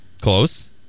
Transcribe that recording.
Close